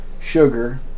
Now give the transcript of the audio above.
sugar